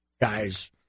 guys